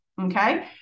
okay